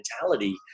mentality